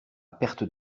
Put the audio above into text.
perte